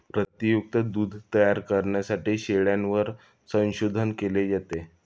प्रथिनयुक्त दूध तयार करण्यासाठी शेळ्यांवर संशोधन केले जाते